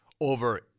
over